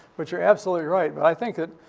but you're absolutely right. but i think it.